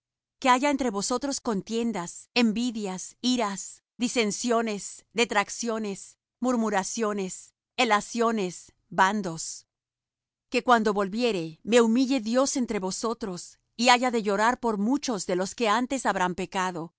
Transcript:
que haya entre vosotros contiendas envidias iras disensiones detracciones murmuaciones elaciones bandos que cuando volviere me humille dios entre vosotros y haya de llorar por muchos de los que antes habrán pecado